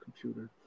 computer